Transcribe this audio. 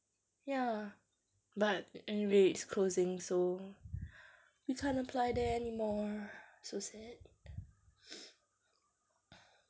ya but anyway it's closing so we can't apply there anymore so sad